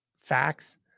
facts